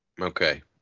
Okay